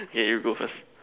okay you go first